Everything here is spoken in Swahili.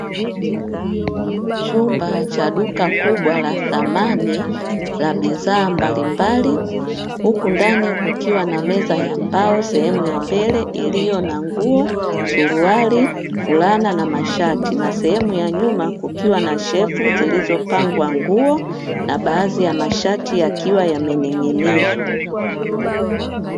Chumba cha duka kubwa la samani la bidhaa mbalimbali, huku ndani kukiwa na meza ya mbao, sehemu ya mbele iliyo na nguo, suruali, fulana na mashati. Na sehemu ya nyuma kukiwa na shelfu zilizopangwa nguo, na baadhi ya mashati yakiwa yamening'nizwa.